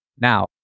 Now